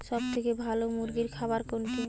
সবথেকে ভালো মুরগির খাবার কোনটি?